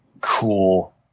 cool